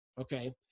okay